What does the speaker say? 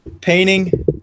painting